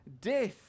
death